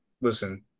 listen